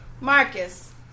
Marcus